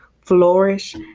flourish